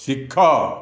ଶିଖ